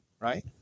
right